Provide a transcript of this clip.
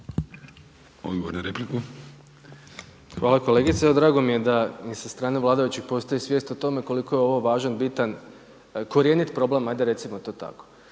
Domagoj (SDP)** Hvala kolegice. Drago mi je da i sa strane vladajućih postoji svijest o tome koliko je ovo važan, bitan, korjenit problem hajde recimo to tako.